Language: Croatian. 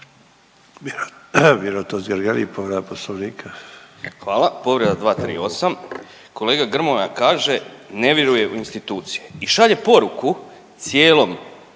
**Totgergeli, Miro (HDZ)** Hvala. Povreda 238. Kolega Grmoja kaže ne vjeruje u institucije i šalje poruku cijeloj